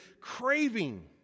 craving